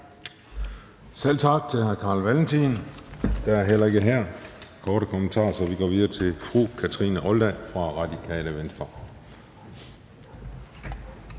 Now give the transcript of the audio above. Selv tak til hr. Carl Valentin. Der er heller ikke her korte bemærkninger, så vi går videre til fru Kathrine Olldag fra Radikale Venstre.